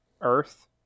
earth